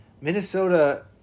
minnesota